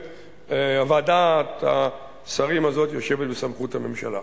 ועדת השרים הזאת יושבת בסמכות הממשלה.